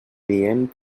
diem